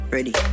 Ready